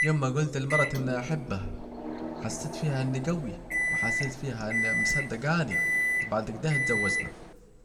يوم ما جولت لمرتي اني هحبها، حسيت فيها اني جوي وحسيت فيها انها مسدجاني، وبعد اكده اتزوجنا